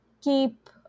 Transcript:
keep